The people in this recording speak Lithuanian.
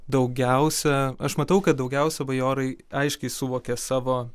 daugiausia aš matau kad daugiausia bajorai aiškiai suvokė savo